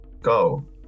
go